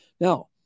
Now